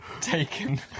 taken